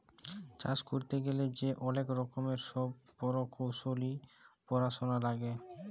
চাষ ক্যইরতে গ্যালে যে অলেক রকমের ছব পরকৌশলি পরাশলা লাগে